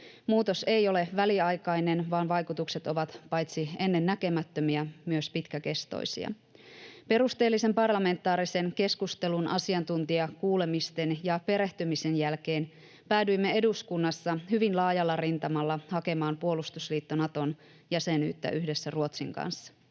Muutos ei ole väliaikainen, vaan vaikutukset ovat paitsi ennennäkemättömiä myös pitkäkestoisia. Perusteellisen parlamentaarisen keskustelun, asiantuntijakuulemisten ja perehtymisen jälkeen päädyimme eduskunnassa hyvin laajalla rintamalla hakemaan puolustusliitto Naton jäsenyyttä yhdessä Ruotsin kanssa.